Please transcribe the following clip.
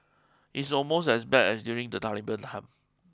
it's almost as bad as during the Taliban time